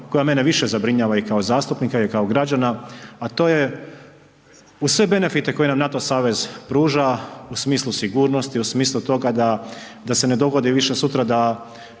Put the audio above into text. koja mene više zabrinjava i kao zastupnika i kao građana, a to je u sve benefite koje nam NATO savez pruža u smislu sigurnosti, u smislu toga da se ne dogodi više sutra, da